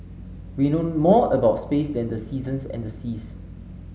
we know more about space than the seasons and the seas